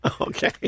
Okay